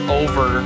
over